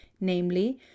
namely